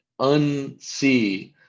unsee